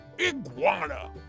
iguana